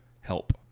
Help